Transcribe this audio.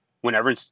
Whenever